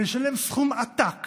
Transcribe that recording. ולשלם סכום עתק